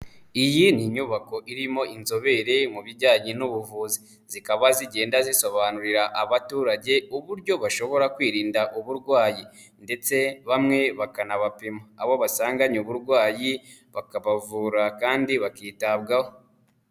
Iyi ni inyubako irimo inzobere mu bijyanye n'ubuvuzi, zikaba zigenda zisobanurira abaturage uburyo bashobora kwirinda uburwayi ndetse bamwe bakanabapima. Abo basanganye uburwayi bakabavura kandi bakitabwaho.